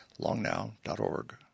longnow.org